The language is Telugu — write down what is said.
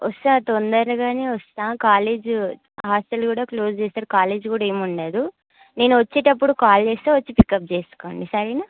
వస్తా తొందరగానే వస్తా కాలేజ్ హాస్టల్ కూడా క్లోస్ చేసారు కాలేజ్ కూడా ఏమి ఉండదు నేను వచ్చేటప్పుడు కాల్ చేస్తా వచ్చి పికప్ చేసుకోండి సరేనా